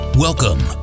Welcome